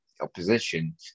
opposition